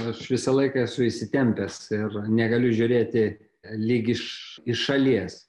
aš visą laiką esu įsitempęs ir negaliu žiūrėti lyg iš šalies